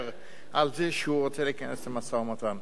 על זה שהוא רוצה להיכנס למשא-ומתן.